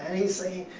and, you see,